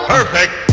Perfect